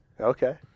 Okay